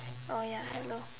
oh ya hello